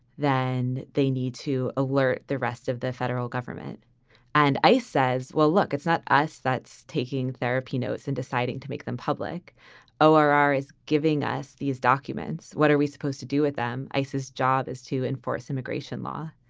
then they need to alert the rest of the federal government and ice says, well, look, it's not us that's taking therapy notes and deciding to make them public or are is giving us these documents. what are we supposed to do with them? isis job is to add. and force immigration law